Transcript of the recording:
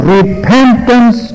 repentance